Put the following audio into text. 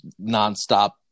nonstop